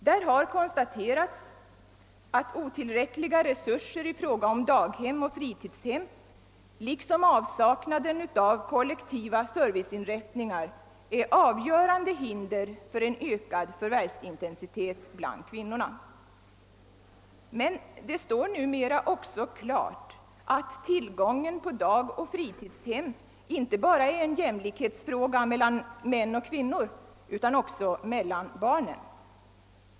Där har konstaterats att otillräckliga resurser i fråga om daghem och fritidshem liksom avsaknaden av kollektiva serviceinrättningar är avgörande hinder för en ökad förvärvsintensitet bland kvinnorna. Men det står numera också klart att tillgången på dagoch fritidshem inte bara är en jämlikhetsfråga mellan män och kvinnor utan också mellan barnen.